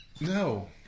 No